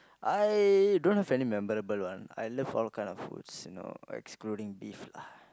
I don't have any memorable one I love all kind of foods you know excluding beef lah